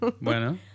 bueno